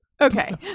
Okay